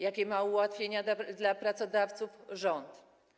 Jakie ułatwienia dla pracodawców ma rząd?